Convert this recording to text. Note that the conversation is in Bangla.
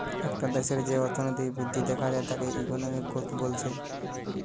একটা দেশের যেই অর্থনৈতিক বৃদ্ধি দেখা যায় তাকে ইকোনমিক গ্রোথ বলছে